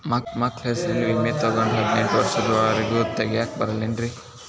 ಮಕ್ಕಳ ಹೆಸರಲ್ಲಿ ವಿಮೆ ತೊಗೊಂಡ್ರ ಹದಿನೆಂಟು ವರ್ಷದ ಒರೆಗೂ ತೆಗಿಯಾಕ ಬರಂಗಿಲ್ಲೇನ್ರಿ?